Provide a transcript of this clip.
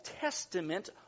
Testament